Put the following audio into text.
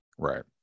Right